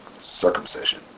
circumcision